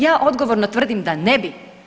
Ja odgovorno tvrdim da ne bi.